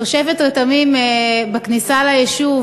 תושבת רתמים נתקלה בכניסה ליישוב